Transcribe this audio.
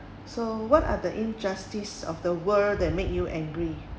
so what are the injustice of the world that make you angry